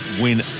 win